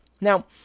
Now